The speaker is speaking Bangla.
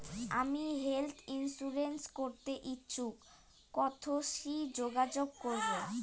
আমি হেলথ ইন্সুরেন্স করতে ইচ্ছুক কথসি যোগাযোগ করবো?